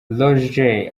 roger